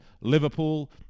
Liverpool